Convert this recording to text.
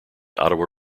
ottawa